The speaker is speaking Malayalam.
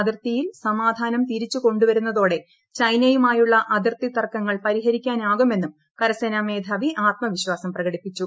അതിർത്തിയിൽ സമാധാനം തിരിച്ച് കൊുവരുന്നതോടെ ചൈനയുമായുള്ള അതിർത്തി തർക്കങ്ങൾ പരിഹരിക്കാനാകുമെന്നും കരസേന മേധാവി ആത്മവിശ്വാസം പ്രകടിപ്പിച്ചു